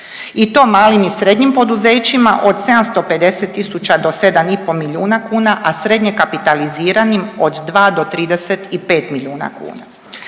i to malim i srednjim poduzećima od 750 tisuća do 7,5 milijuna kuna, a srednje kapitaliziranim od 2 do 25 milijuna kuna.